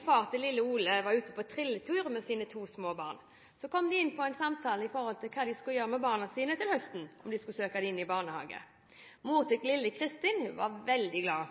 far til lille Ole var ute på trilletur med sine to små barn og kom i samtalen inn på hva de skulle gjøre med barna sine til høsten – om de skulle søke dem inn i barnehage. Mor til lille Kristin var veldig glad,